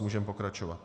Můžeme pokračovat.